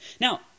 Now